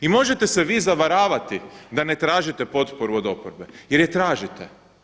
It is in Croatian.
I možete se vi zavaravati da ne tražite potporu od oporbe jer je tražite.